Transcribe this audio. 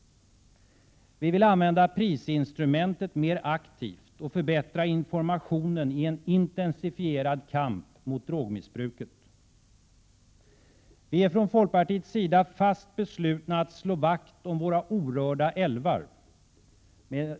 Vi vill använda prisinstrumentet mer aktivt och förbättra informationen i en intensifierad kamp mot drogmissbruket. Vi är från folkpartiets sida fast beslutna att slå vakt om våra orörda älvar.